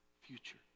future